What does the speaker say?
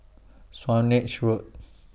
Swanage Road